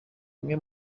zimwe